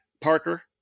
Parker